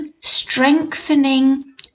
strengthening